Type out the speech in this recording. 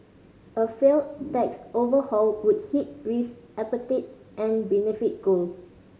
a failed tax overhaul would hit risk appetite and benefit gold